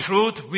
Truth